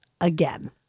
Again